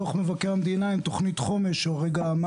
יקויים שנוגעים לבטיחות בדרכים של כלי רכב כבדים ואי-יישום של